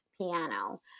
piano